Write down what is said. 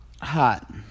Hot